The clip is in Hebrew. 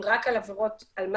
אם רק על עבירות אלמ"ב,